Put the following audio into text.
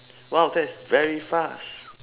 !wow! that's very fast